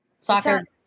Soccer